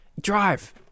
Drive